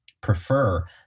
prefer